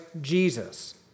Jesus